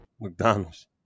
McDonald's